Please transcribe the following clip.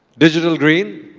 digital green.